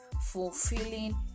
fulfilling